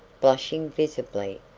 blushing visibly,